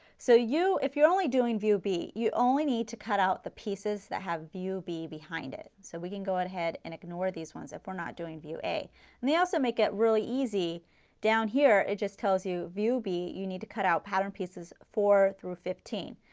so you, if you are only doing view b, you only need to cut out the pieces that have view b behind it. so we can go ahead and ignore these ones if we are not doing view a and they also make it really easy down here, it just tells you view b, you need to cut out pattern pieces four through fifteen.